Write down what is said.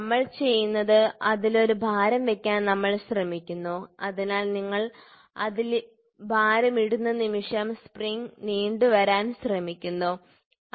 നമ്മൾ ചെയ്യുന്നത് അതിൽ ഒരു ഭാരം വയ്ക്കാൻ നമ്മൾ ശ്രമിക്കുന്നു അതിനാൽ നിങ്ങൾ അതിൽ ഒരു ഭാരം ഇടുന്ന നിമിഷം സ്പ്രിംഗ് നീണ്ടു വരാൻ ശ്രമിക്കുന്നു ശരി